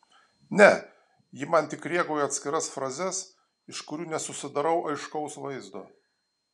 ne ji man tik rėkauja atskiras frazes iš kurių nesusidarau aiškaus vaizdo